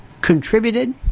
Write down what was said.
contributed